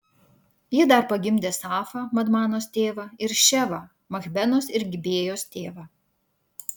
ji dar pagimdė safą madmanos tėvą ir ševą machbenos ir gibėjos tėvą